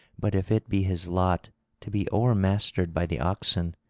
but if it be his lot to be o'ermastered by the oxen,